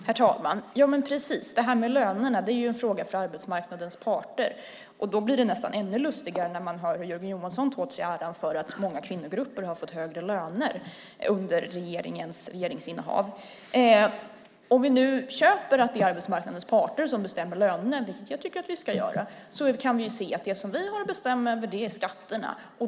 Herr talman! Precis så är det. Lönerna är en fråga för arbetsmarknadens parter. Då blir det nästan ännu lustigare när man hör Jörgen Johansson ta åt sig äran för att många kvinnogrupper har fått högre löner under regeringens regeringsinnehav. Om vi nu köper att det är arbetsmarknadens parter som bestämmer lönerna, vilket jag tycker att vi ska göra, kan vi se att det som vi har att bestämma över är skatterna.